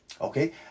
okay